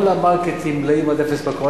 כל המרקטים מלאים עד אפס מקום.